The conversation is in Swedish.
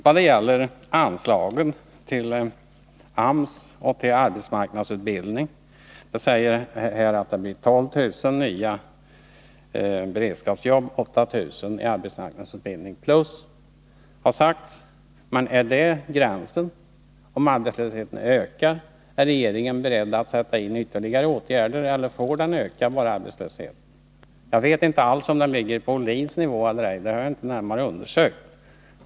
Vad gäller anslagen till AMS och till arbetsmarknadsutbildning säger man att det blir 12 000 nya beredskapsjobb och 8 000 i arbetsmarknadsutbildning. Men är detta gränsen? Om arbetslösheten ökar, är regeringen då beredd att sätta in ytterligare åtgärder, eller får vår arbetslöshet öka? Jag vet inte alls om arbetslösheten ligger på den nivå som Bertil Ohlin angav eller ej — det har jag inte närmare undersökt.